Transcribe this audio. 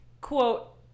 Quote